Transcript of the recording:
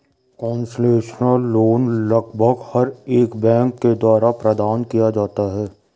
concessional loan लगभग हर एक बैंक के द्वारा प्रदान किया जाता है